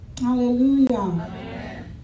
Hallelujah